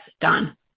done